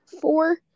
Four